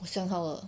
我想好了